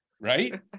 right